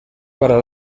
para